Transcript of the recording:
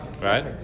Right